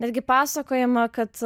netgi pasakojama kad